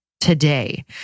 today